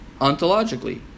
ontologically